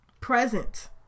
Present